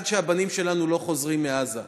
עד שהבנים שלנו לא חוזרים מעזה.